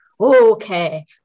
okay